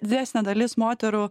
didesnė dalis moterų